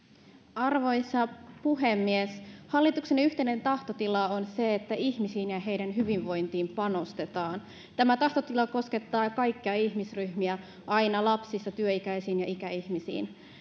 arvoisa puhemies hallituksen yhteinen tahtotila on se että ihmisiin ja heidän hyvinvointiinsa panostetaan tämä tahtotila koskettaa kaikkia ihmisryhmiä aina lapsista työikäisiin ja ikäihmisiin